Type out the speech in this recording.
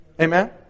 Amen